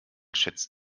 schätzt